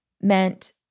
meant